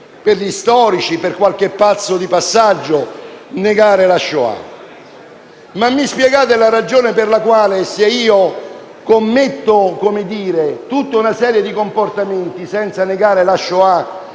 per gli storici, per qualche pazzo di passaggio negare la Shoah. Ma mi spiegate la ragione per la quale, se io commetto tutta una serie di comportamenti senza negare la Shoah,